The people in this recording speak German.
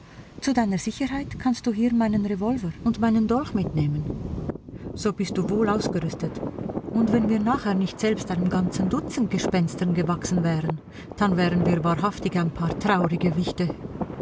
zu deiner sicherheit kannst du hier meinen revolver und meinen dolch mitnehmen so bist du wohlausgerüstet und wenn wir nachher nicht selbst einem ganzen dutzend gespenstern gewachsen wären dann wären wir wahrhaftig ein paar traurige wichte